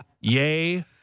Yay